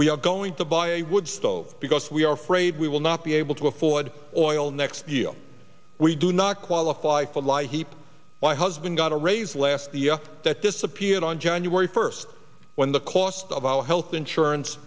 we are going to buy a wood stove because we are fraid we will not be able to afford oil next year we do not qualify for a light heap my husband got a raise last the that disappeared on january first when the cost of our health insurance